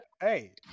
Hey